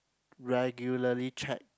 regularly check